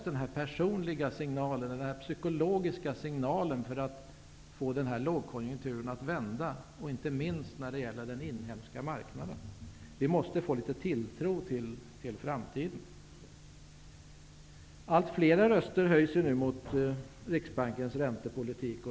Den här psykologiska signalen behövs för att få lågkonjunkturen att vända, inte minst när det gäller den inhemska marknaden. Vi måste få litet tilltro till framtiden. Allt fler röster höjs nu mot Riksbankens räntepolitik.